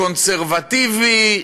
קונסרבטיבי,